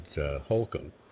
Holcomb